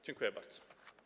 Dziękuję bardzo.